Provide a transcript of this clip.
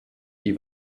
die